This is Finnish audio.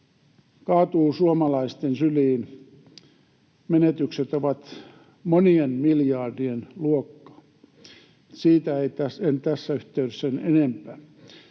kaatuu suomalaisten syliin. Menetykset ovat monien miljardien luokkaa. — Siitä en tässä yhteydessä sen enempää.